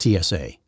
TSA